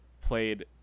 played